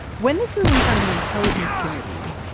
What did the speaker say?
when this was in front of the intelligence committee,